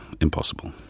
Impossible